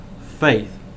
faith